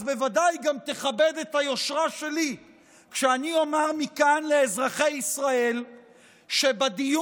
אז בוודאי תכבד את היושרה שלי כשאני אומר מכאן לאזרחי ישראל שבדיון